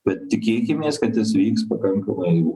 bet tikėkimės kad jis veiks pakankamai